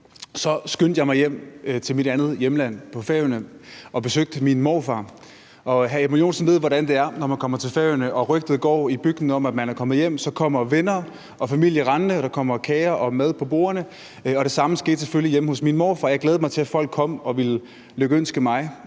skyndte jeg mig hjem til mit andet hjemland på Færøerne og besøgte min morfar. Og hr. Edmund Joensen ved, hvordan det er, når man kommer til Færøerne og rygtet går i bygden om, at man er kommet hjem. Så kommer venner og familie rendende, og der kommer kager og mad på bordene. Og det samme skete selvfølgelig hjemme hos min morfar. Jeg glædede mig til, at folk kom og ville lykønske mig,